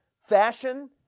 fashion